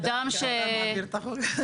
אדם --- דווקא אתה מעביר את החוק?